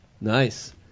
Nice